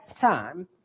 time